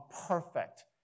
perfect